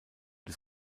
des